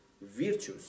virtues